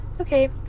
Okay